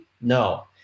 No